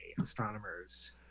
astronomers